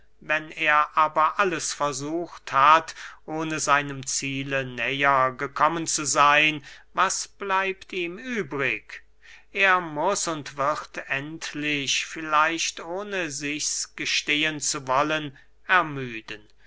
wenn er aber alles versucht hat ohne seinem ziele näher gekommen zu seyn was bleibt ihm übrig er muß und wird endlich vielleicht ohne sichs gestehen zu wollen ermüden